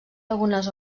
algunes